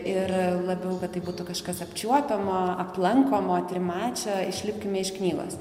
ir labiau kad tai būtų kažkas apčiuopiamo aplankomo trimačio išlipkime iš knygos